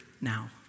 now